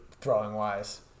throwing-wise